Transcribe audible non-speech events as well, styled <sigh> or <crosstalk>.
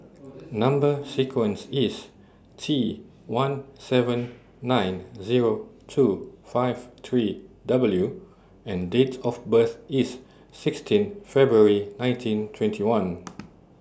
<noise> Number sequence IS T one seven <noise> nine Zero two five three W and Date of birth IS sixteen February nineteen twenty one <noise>